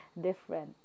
different